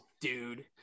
dude